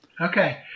Okay